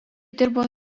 dirbo